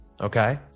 Okay